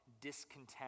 discontent